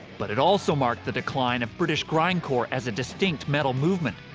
but it also marked the decline of british grindcore as a distinct metal movement.